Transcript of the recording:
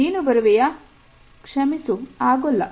ನೀನು ಬರುವೆಯಾ ಕ್ಷಮಿಸು ಆಗೋಲ್ಲ